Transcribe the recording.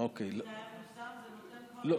אם זה היה מיושם זה כבר נותן חלק מהתשובה.